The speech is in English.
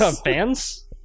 fans